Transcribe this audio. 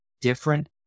different